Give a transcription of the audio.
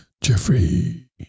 Jeffrey